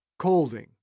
Colding